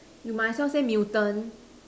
you might as well say mutant